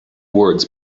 words